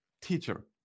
teacher